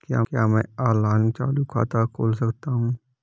क्या मैं ऑनलाइन चालू खाता खोल सकता हूँ?